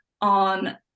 on